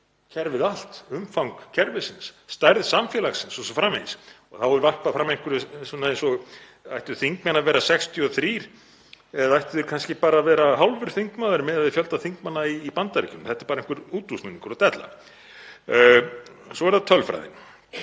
kerfið allt, umfang kerfisins, stærð samfélagsins o.s.frv. Þá er varpað fram einhverju eins og: Ættu þingmenn að vera 63 eða ættu þeir kannski bara að vera hálfur þingmaður miðað við fjölda þingmanna í Bandaríkjunum? Þetta er bara einhver útúrsnúningur og della. Svo er það tölfræðin,